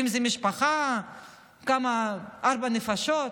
ואם זה משפחה בת ארבע נפשות,